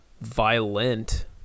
violent